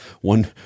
one